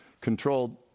controlled